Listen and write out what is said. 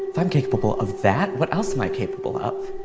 i'm capable of that. what else? my capable up